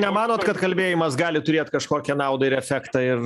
nemanot kad kalbėjimas gali turėt kažkokią naudą ir efektą ir